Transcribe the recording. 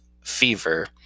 fever